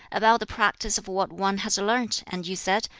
about the practice of what one has learnt, and you said,